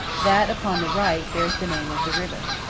that upon the right bears the name of the river.